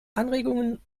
anregungen